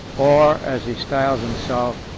or, as he styles himself,